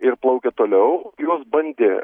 ir plaukė toliau juos bandė